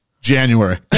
January